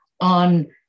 on